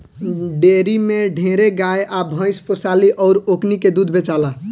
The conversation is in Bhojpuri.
डेरी में ढेरे गाय आ भइस पोसाली अउर ओकनी के दूध बेचाला